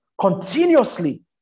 continuously